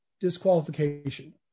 disqualification